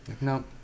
No